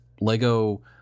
lego